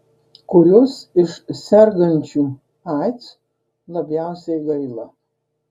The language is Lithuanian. kurios iš sergančių aids labiausiai gaila